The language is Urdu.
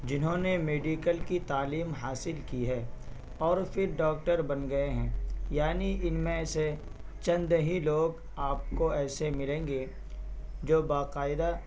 جنہوں نے میڈیکل کی تعلیم حاصل کی ہے اور پھر ڈاکٹر بن گئے ہیں یعنی ان میں سے چند ہی لوگ آپ کو ایسے ملیں گے جو باقاعدہ